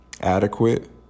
adequate